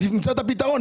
תמצא את הפתרון.